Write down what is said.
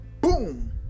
boom